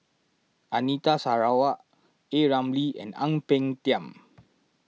Anita Sarawak A Ramli and Ang Peng Tiam